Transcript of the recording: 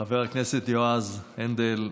חבר הכנסת יועז הנדל,